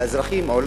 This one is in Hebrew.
לאזרחים,